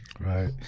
right